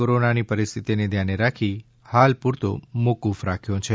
કોરોનાની પરિસ્થિતિને ધ્યાને રાખી હાલ પૂરતો મોકૂફ રાખ્યો છે